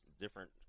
different